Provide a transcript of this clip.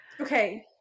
Okay